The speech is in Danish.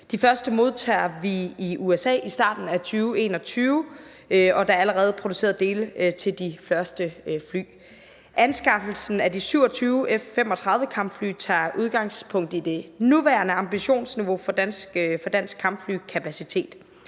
De første modtager vi i USA i starten af 2021, og der er allerede produceret dele til de første fly. Anskaffelsen af de 27 F-35-kampfly tager udgangspunkt i det nuværende ambitionsniveau for dansk kampflykapacitet.